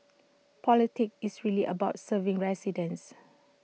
politics is really about serving residents